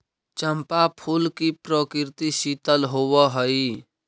चंपा फूल की प्रकृति शीतल होवअ हई